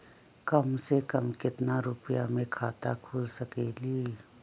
कम से कम केतना रुपया में खाता खुल सकेली?